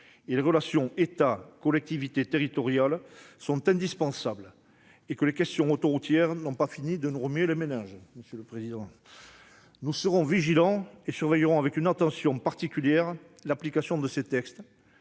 et les relations entre États et collectivités territoriales sont indispensables et que les questions autoroutières n'ont pas fini de nous remuer les méninges. Nous serons vigilants et nous surveillerons avec une attention particulière l'application de ces textes.